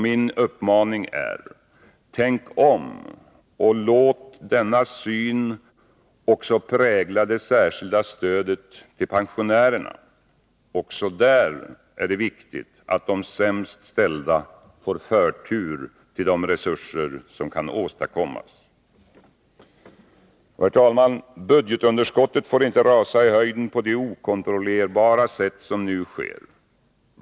Min uppmaning är: Tänk om, och låt denna syn också prägla det särskilda stödet till pensionärerna! Även i det avseendet är det viktigt att de sämst ställda får förtur till de resurser som kan åstadkommas. Herr talman! Budgetunderskottet får inte rusa i höjden på det okontrollerbara sätt som nu sker.